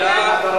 התשע"א 2011,